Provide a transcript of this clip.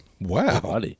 Wow